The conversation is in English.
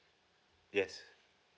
yes